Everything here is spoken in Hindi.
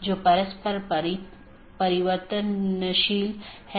तो यह एक सीधे जुड़े हुए नेटवर्क का परिदृश्य हैं